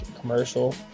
commercial